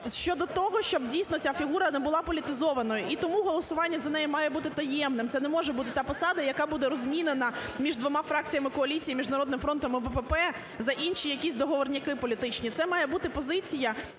щодо того, щоб дійсно ця фігура не була політизованою. І тому голосування за неї має бути таємним. Це не може бути та посада, яка буде розміняна між двома фракціями коаліції, між "Народним фронтом" і БПП за інші якісь договорняки політичні. Це має бути позиція,